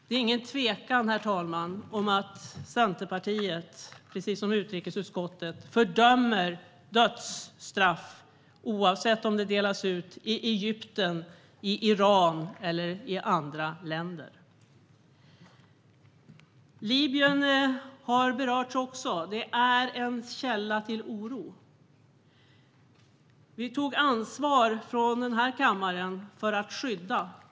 Det är ingen tvekan om, herr talman, att Centerpartiet precis som utrikesutskottet fördömer dödsstraff oavsett om de delas ut i Egypten, Iran eller andra länder. Libyen har också berörts. Det är en källa till oro. Vi tog ansvar från denna kammare för att skydda.